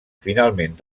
finalment